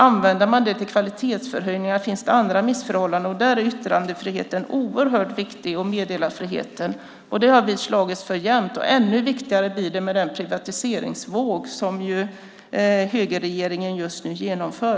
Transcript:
Använder man dem till kvalitetsförhöjningar? Finns det andra missförhållanden? Där är yttrandefriheten och meddelarfriheten oerhört viktig. Det har vi jämt slagits för, och det blir ännu viktigare med den privatiseringsvåg som högerregeringen just nu genomför.